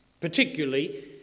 particularly